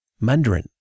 Mandarin